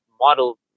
model